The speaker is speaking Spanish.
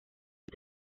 los